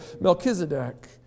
Melchizedek